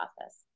office